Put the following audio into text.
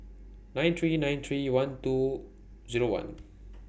nine three nine three one two Zero one